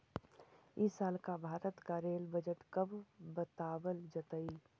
इस साल का भारत का रेल बजट कब बतावाल जतई